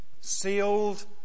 sealed